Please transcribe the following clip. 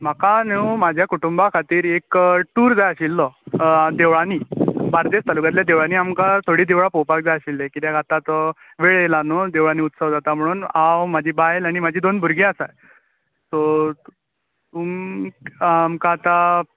म्हाका न्हू म्हज्या कुटुंबा खातीर एक टुर जाय आशिल्लो देवळांनी बार्देस तालुक्यांतल्या देवळांनी आमकां थोडी देवळां पोवपाक जाय आशिल्ली कित्याक आतां तो वेळ येयला न्हू देवळांनी उत्सव जाता म्हूण हांव म्हजी बायल आनी म्हजी दोन भुरगीं आसात सो तुमी आमकां आतां